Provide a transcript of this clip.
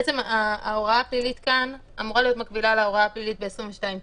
בעצם ההוראה הפלילית כאן אמורה להיות מקבילה להוראה הפלילית ב-22ט.